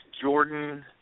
Jordan